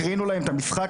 הקרינו להם את המשחק,